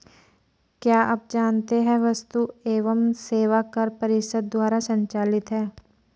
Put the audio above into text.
क्या आप जानते है वस्तु एवं सेवा कर परिषद द्वारा संचालित है?